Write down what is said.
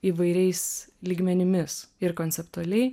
įvairiais lygmenimis ir konceptualiai